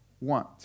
want